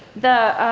the